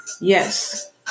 Yes